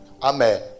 Amen